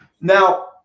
Now